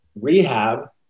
Rehab